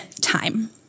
time